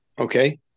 okay